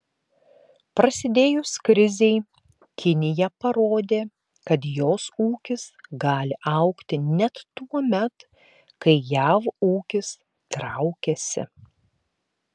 prasidėjus krizei kinija parodė kad jos ūkis gali augti net tuomet kai jav ūkis traukiasi